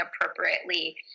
appropriately